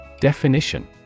Definition